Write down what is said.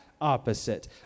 opposite